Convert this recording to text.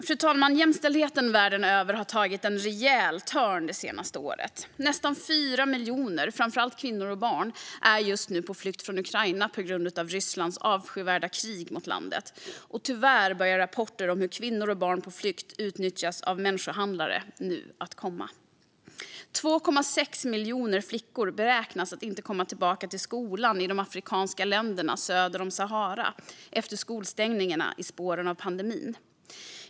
Fru talman! Jämställdheten världen över har tagit en rejäl törn det senaste året. Nästan 4 miljoner, framför allt kvinnor och barn, är just nu på flykt från Ukraina på grund av Rysslands avskyvärda krig mot landet. Tyvärr börjar nu rapporter om hur kvinnor och barn på flykt utnyttjas av människohandlare att komma. Det beräknas att 2,6 miljoner flickor inte kommer tillbaka till skolan i de afrikanska länderna söder om Sahara efter skolstängningarna i spåren av pandemin.